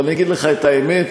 אבל אגיד לך את האמת: